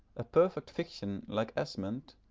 a perfect fiction like esmond,